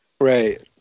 Right